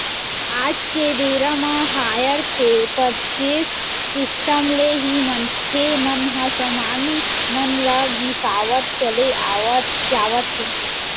आज के बेरा म हायर परचेंस सिस्टम ले ही मनखे मन ह समान मन ल बिसावत चले जावत हे